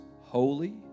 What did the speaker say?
holy